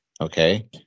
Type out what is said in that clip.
okay